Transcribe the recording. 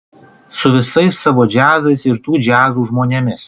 su visais savo džiazais ir tų džiazų žmonėmis